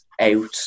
out